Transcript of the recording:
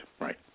right